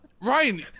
Ryan